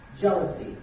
jealousy